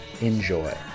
Enjoy